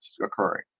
occurring